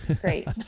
great